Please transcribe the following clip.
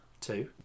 Two